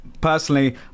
personally